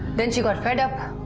then she got fed up.